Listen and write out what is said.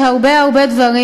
גם לחברי הכנסת ערב טוב.